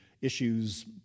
issues